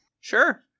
Sure